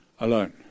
alone